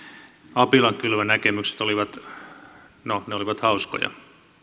apilankylvönäkemykset olivat no ne olivat hauskoja